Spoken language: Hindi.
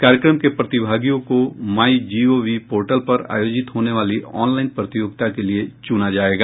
कार्यक्रम के प्रतिभागियों को माई जीओवी पोर्टल पर आयोजित होने वाली ऑनलाइन प्रतियोगिता को जरिये चुना जायेगा